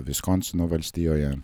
viskonsno valstijoje